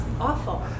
awful